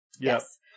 Yes